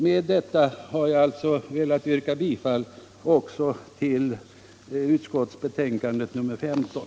Med detta har jag velat yrka bifall också till finansutskottets betänkande nr 15.